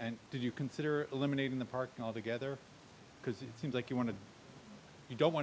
and did you consider eliminating the parking altogether because it seems like you want to you don't want to